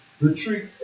retreat